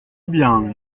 bien